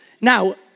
Now